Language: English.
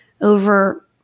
over